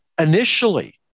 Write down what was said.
initially